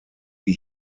die